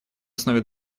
основе